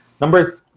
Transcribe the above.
Number